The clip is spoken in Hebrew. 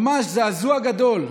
ממש זעזוע גדול.